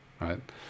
right